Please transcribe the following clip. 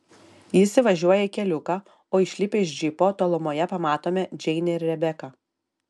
jis įvažiuoja į keliuką o išlipę iš džipo tolumoje pamatome džeinę ir rebeką